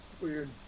weird